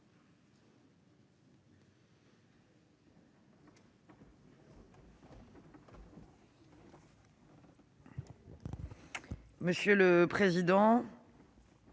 Monsieur le président,